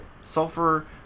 sulfur